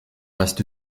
reste